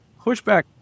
pushback